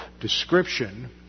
description